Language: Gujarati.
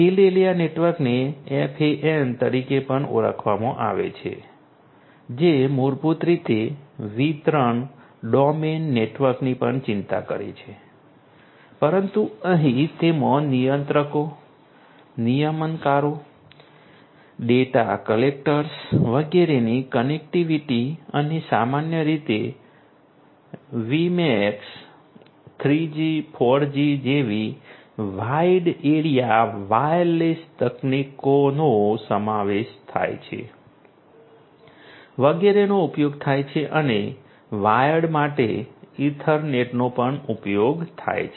ફિલ્ડ એરિયા નેટવર્કને FAN તરીકે પણ ઓળખવામાં આવે છે જે મૂળભૂત રીતે વિતરણ ડોમેન નેટવર્કની પણ ચિંતા કરે છે પરંતુ અહીં તેમાં નિયંત્રકો નિયમનકારો ડેટા કલેક્ટર્સ વગેરેની કનેક્ટિવિટી અને સામાન્ય રીતે WiMAX 3G 4G જેવી વાઈડ એરિયા વાયરલેસ તકનીકોનો સમાવેશ થાય છે વગેરેનો ઉપયોગ થાય છે અને વાયર્ડ માટે ઈથરનેટનો પણ ઉપયોગ થાય છે